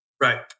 Right